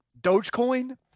Dogecoin